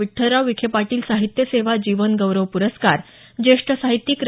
विठ्ठलराव विखे पाटील साहित्य सेवा जीवन गौरव प्रस्कार ज्येष्ठ साहित्यिक रा